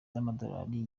z’amadolari